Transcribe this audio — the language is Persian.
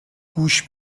گوش